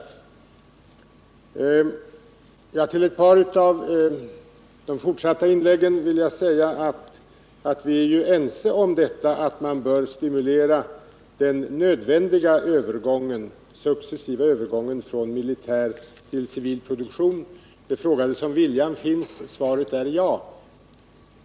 Med anledning av ett par av de övriga inläggen vill jag säga att vi är ju ense om att man bör stimulera den nödvändiga successiva övergången från militär till civil produktion. Det frågades om viljan finns. Svaret är ja.